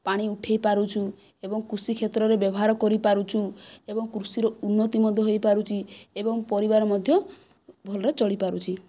ପାଣି ଉଠାଇପାରୁଛୁ ଏବଂ କୃଷିକ୍ଷେତ୍ରରେ ବ୍ୟବହାର କରିପାରୁଛୁ ଏବଂ କୃଷିର ଉନ୍ନତି ମଧ୍ୟ ହୋଇପାରୁଛି ଏବଂ ପରିବାର ମଧ୍ୟ ଭଲରେ ଚଳିପାରୁଛି